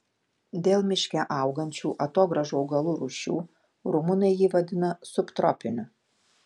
dėl miške augančių atogrąžų augalų rūšių rumunai jį vadina subtropiniu